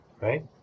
Right